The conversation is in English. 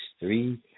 three